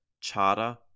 Charter